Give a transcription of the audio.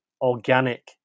organic